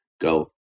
go